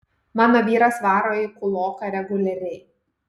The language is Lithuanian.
mano vyras varo į kūloką reguliariai